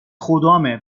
خدامه